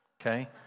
okay